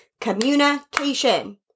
communication